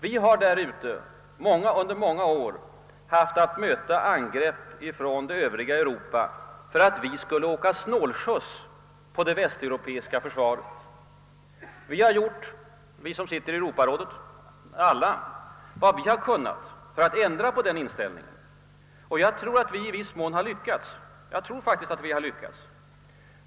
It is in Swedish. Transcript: Vi har därute under många år haft att möta angrepp från det övriga Europa för att vi skulle åka snålskjuts på det västeuropeiska försvaret. Alla vi som sitter i Europarådet har gjort vad vi kunnat för att ändra på denna inställning och jag tror faktiskt att vi har lyckats.